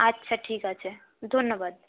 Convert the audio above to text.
আচ্ছা ঠিক আছে ধন্যবাদ